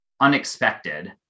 unexpected